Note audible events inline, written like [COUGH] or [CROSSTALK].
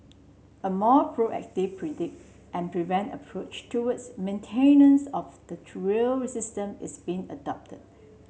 a more proactive predict and prevent approach towards maintenance of the [UNINTELLIGIBLE] rail system is being adopted